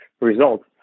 results